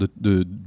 de